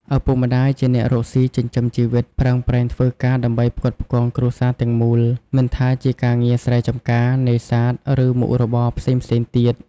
ឪពុកម្ដាយជាអ្នករកស៊ីចិញ្ចឹមជីវិត ប្រឹងប្រែងធ្វើការដើម្បីផ្គត់ផ្គង់គ្រួសារទាំងមូល មិនថាជាការងារស្រែចម្ការ នេសាទ ឬមុខរបរផ្សេងៗទៀត។